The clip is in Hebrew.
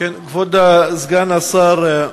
כבוד סגן השר,